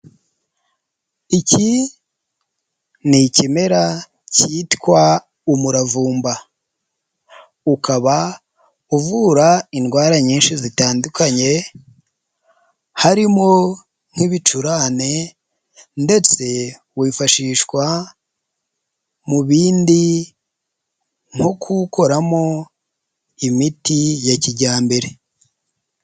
Iki ni ikimera cyitwa umuravumba, ukaba uvura indwara nyinshi zitandukanye harimo nk'ibicurane ndetse wifashishwa mu bindi nko kuwukoramo imiti ya kijyambere.